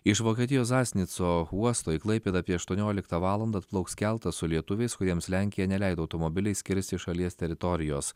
iš vokietijos zasnico uosto į klaipėdą apie aštuonioliktą valandą atplauks keltas su lietuviais kuriems lenkija neleido automobiliais kirsti šalies teritorijos